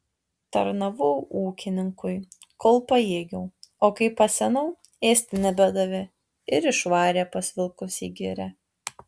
tarnavau ūkininkui kol pajėgiau o kai pasenau ėsti nebedavė ir išvarė pas vilkus į girią